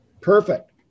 perfect